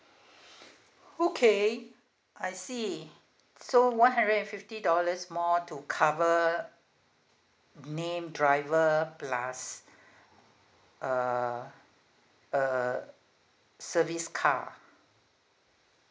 okay I see so one hundred and fifty dollars more to cover named driver plus uh uh service car